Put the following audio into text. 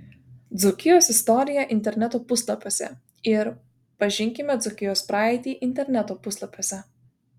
dzūkijos istorija interneto puslapiuose ir pažinkime dzūkijos praeitį interneto puslapiuose